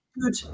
good